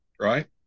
right